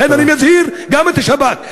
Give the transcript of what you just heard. לכן אני מזהיר גם את השב"כ,